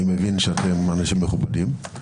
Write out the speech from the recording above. אני מבין שאתם אנשים מכובדים,